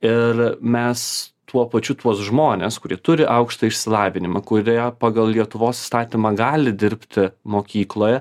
ir mes tuo pačiu tuos žmones kurie turi aukštąjį išsilavinimą kurie pagal lietuvos įstatymą gali dirbti mokykloje